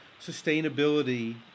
sustainability